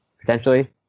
potentially